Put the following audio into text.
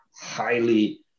highly